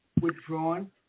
withdrawn